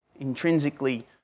intrinsically